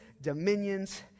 dominions